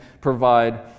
provide